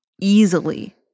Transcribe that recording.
easily